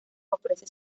ofrece